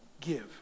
give